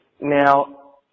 Now